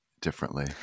differently